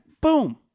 boom